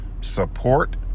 Support